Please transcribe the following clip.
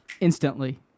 Instantly